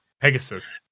Pegasus